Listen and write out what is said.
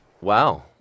wow